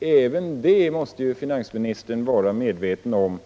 Även det måste ju finansministern vara medveten om.